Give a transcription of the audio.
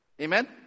Amen